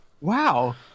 wow